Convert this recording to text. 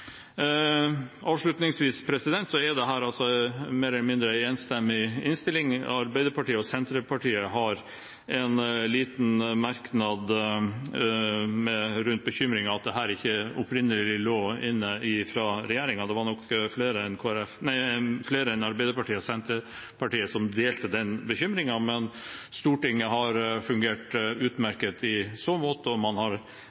Avslutningsvis: Dette er en mer eller mindre enstemmig innstilling. Arbeiderpartiet og Senterpartiet har en liten merknad rundt bekymringen for at dette ikke opprinnelig lå inne fra regjeringen. Det var nok flere enn Arbeiderpartiet og Senterpartiet som delte den bekymringen, men Stortinget har fungert utmerket i så måte, og man